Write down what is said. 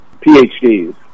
PhDs